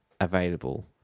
available